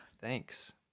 Thanks